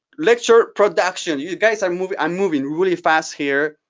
lecture production, you guys, i'm moving i'm moving really fast here.